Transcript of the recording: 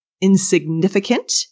insignificant